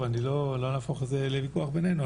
לא נהפוך את זה לוויכוח בינינו,